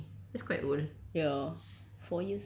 oh nineteen eighty nine that's quite old